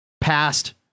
past